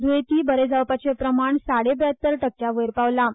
दुयेंतीं बरें जावपार्चे प्रमाण साडेब्यात्तर टक्क्यांवयर पावलां